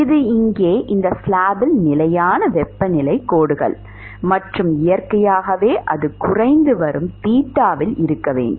இது இங்கே இந்த ஸ்லாப்பில் நிலையான வெப்பநிலைக் கோடுகள் மற்றும் இயற்கையாகவே அது குறைந்து வரும் தீட்டாவில் இருக்க வேண்டும்